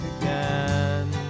again